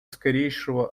скорейшего